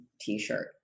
t-shirt